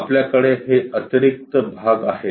तर आपल्याकडे हे अतिरिक्त भाग आहेत